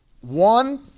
one